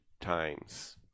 times